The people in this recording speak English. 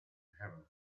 heaven